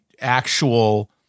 actual